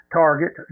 target